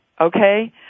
Okay